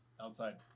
outside